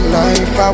life